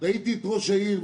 ראיתי את ראש העיר,